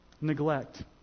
neglect